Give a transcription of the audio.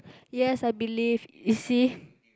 yes I believe you see